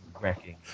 wrecking